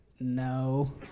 No